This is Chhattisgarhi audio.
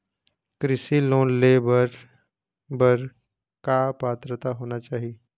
कृषि लोन ले बर बर का का पात्रता होना चाही?